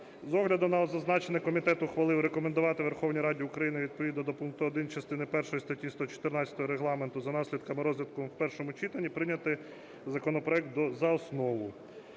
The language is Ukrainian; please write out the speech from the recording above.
З огляду на зазначене комітет ухвалив рекомендувати Верховній Раді України відповідно до пункту 1 частини першої статті 114 Регламенту за наслідками розгляду в першому читанні прийняти законопроект за основу.